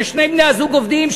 ששני בני-הזוג עובדים,